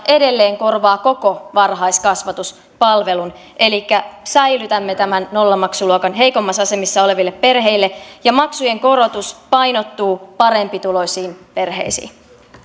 edelleen korvaa koko varhaiskasvatuspalvelun elikkä säilytämme tämän nollamaksuluokan heikoimmassa asemassa oleville perheille ja maksujen korotus painottuu parempituloisiin perheisiin